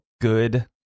good